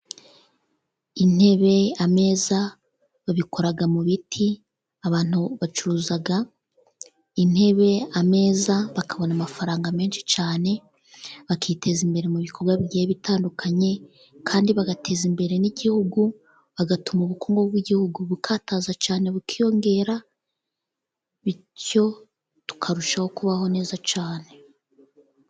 Intebe n'ameza babikora mu biti. Abantu bacuruza intebe n'ameza bakabona amafaranga menshi cyane, bakiteza imbere mu bikorwa bigiye bitandukanye, kandi bagateza imbere n'igihugu, bagatuma ubukungu bw'igihugu bukataza cyane bukiyongera, bityo tukarushaho kubaho neza cyane.